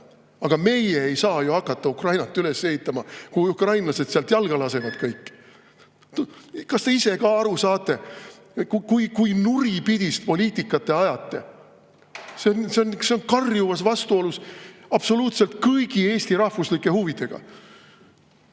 aga meie ei saa ju hakata Ukrainat üles ehitama, kui ukrainlased sealt jalga lasevad kõik. Kas te ise ka aru saate, kui nuripidist poliitikat te ajate? See on karjuvas vastuolus absoluutselt kõigi Eesti rahvuslike huvidega.